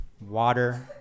water